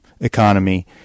economy